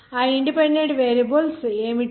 ఆ independent variables ఏమిటి